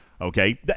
okay